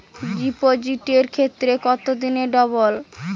ডিপোজিটের ক্ষেত্রে কত দিনে ডবল?